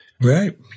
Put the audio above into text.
right